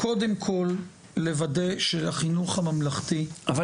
קודם כל לוודא שהחינוך הממלכתי -- אבל